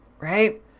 right